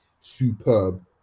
superb